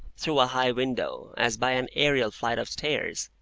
through a high window, as by an aerial flight of stairs.